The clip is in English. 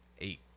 Eight